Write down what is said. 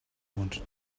wanted